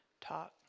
talk